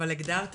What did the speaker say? אבל הגדרתם?